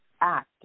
act